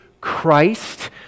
Christ